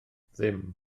ddim